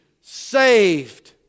saved